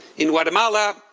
in guatemala,